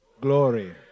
glory